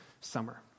summer